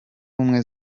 ubumwe